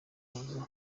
kuza